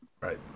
Right